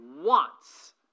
wants